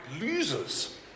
losers